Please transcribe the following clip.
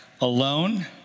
alone